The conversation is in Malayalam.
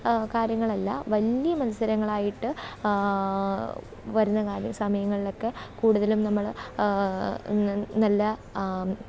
കാര്യങ്ങളല്ല വലിയ മത്സരങ്ങളായിട്ട് വരുന്ന കാര്യം സമയങ്ങളിലൊക്കെ കൂട്തലും നമ്മൾ നല്ല